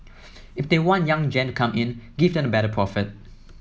if they want young gen to come in give them a better profit